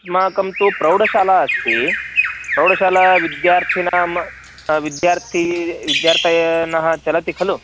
अस्माकं तु प्रौढशाला अस्ति प्रौढशाला विद्यार्थिनः विद्यार्थिनःविद्यार्थिनः चलन्ति खलु